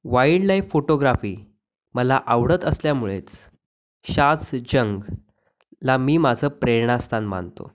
wildlife photography मला आवडतंअसल्यामुळेच शाझ जंगला मी माझं प्रेरणास्थान मानतो